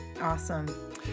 Awesome